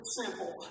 simple